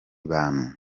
bantu